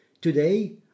Today